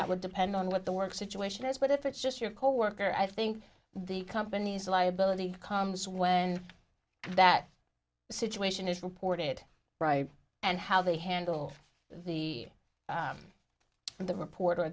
that would depend on what the work situation is but if it's just your coworker i think the company's liability comes when that situation is reported by and how they handled the the report